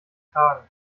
kragen